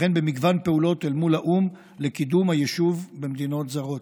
וכן במגוון פעולות אל מול האו"ם לקידום היישוב במדינות זרות.